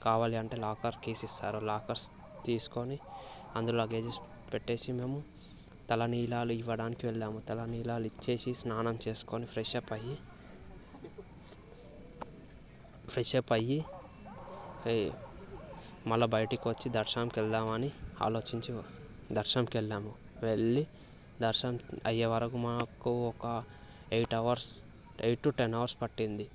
కావాలి అంటే locker keys ఇస్తారు లాకర్ కీస్ తీసుకొని అందులో లగేజస్ పెట్టేసి మేము తలనీలాలు ఇవ్వడానికి వెళ్ళాము తలనీలాలు ఇచ్చేసి స్నానం చేసుకొని ఫ్రెష్ అప్ అయ్యి ఫ్రెష్ అప్ అయ్యి మళ్ళా బయటికి వచ్చి దర్శనంకి వెళదామని ఆలోచించి దర్శనంకి వెళ్ళాము వెళ్ళి దర్శనం అయ్యేవరకు మాకు ఒక eight hours eight to ten hours పట్టింది